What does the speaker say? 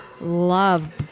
love